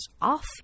off